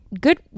good